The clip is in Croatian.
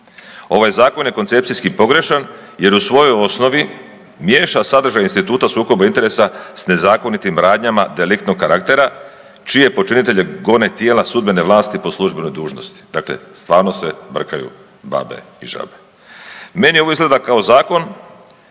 Ovaj zakon je koncepcijski pogrešan jer u svojoj osnovi miješa sadržaj instituta o sukobu interesa s nezakonitim radnjama deliktnog karaktera čije počinitelje gone tijela sudbene vlasti po službenoj dužnosti. Dakle, stvarno se brkaju babe i žabe. Meni ovo izgleda kao zakon